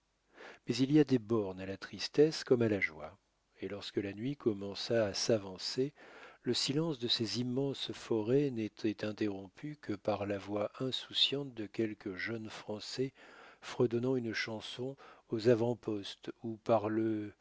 mais il y a des bornes à la tristesse comme à la joie et lorsque la nuit commença à s'avancer le silence de ces immenses forêts n'était interrompu que par la voix insouciante de quelque jeune français fredonnant une chanson aux avant-postes ou par le